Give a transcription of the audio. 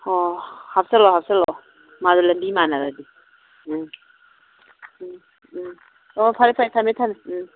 ꯍꯣ ꯍꯥꯞꯆꯤꯜꯂꯣ ꯍꯥꯞꯆꯤꯜꯂꯣ ꯃꯥꯗꯣ ꯂꯝꯕꯤ ꯃꯥꯟꯅꯔꯗꯤ ꯎꯝ ꯎꯝ ꯎꯝ ꯑꯣ ꯐꯔꯦ ꯐꯔꯦ ꯊꯝꯃꯦ ꯊꯝꯃꯦ ꯎꯝ